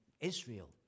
Israel